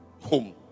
home